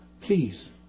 Please